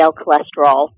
cholesterol